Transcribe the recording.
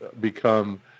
become